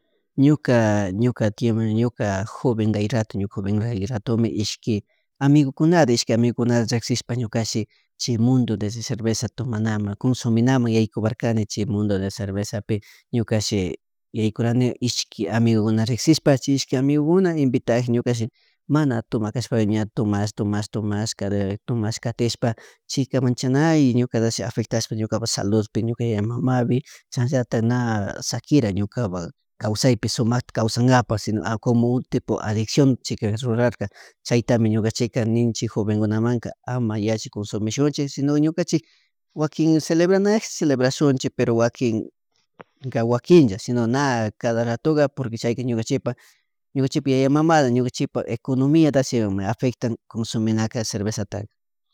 Ñuka ñuka tio maño ñuka jovenkay rato ñuka joven kay ratomi ishki amigukunata ishaki amigukunata rikshikpa ñukashi chi mundo de ese cerveza tomanamun consumimamun yaykuparkani chi mundo de cervezapi ñukashi yaykurani ishki amigukunata riksishpa chay ishki amigukuna invitak ñukashi mana tumakashpa ña tumash tumash tumash tumash katishpa ña chay manchanay ñukatashi afetash ñukapak saludpi ñuka yaya mamapi chashnatak na sakira ñukapak kawsaypi sumakta kawsankapak si no a como un tipo adicción chi carka rurarka chayta ñukanchik ninchik jovenkunamanka ama yalli consumishunchik sino ñukanchik wakin celebranakak celebrashunchik pero wakin wakinlla si no na cada ratuga si no porque chayka ñukanchikpak ñukanchipak yaya mamata ñukachipak economiyatashi afectan cosuminaka cervezataka